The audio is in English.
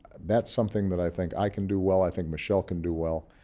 that's something that i think i can do well, i think michelle can do well.